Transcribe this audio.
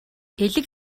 элэг